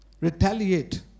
Retaliate